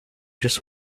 just